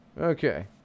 Okay